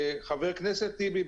חבר הכנסת טיבי,